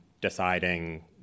deciding